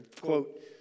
Quote